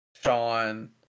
sean